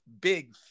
big